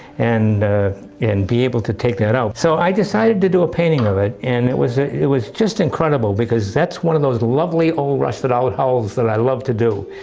and and be able to take that out. so i decided to do a painting of it, and it was it was just incredible, because that's was one of those lovely old rusted old hulls that i love to do.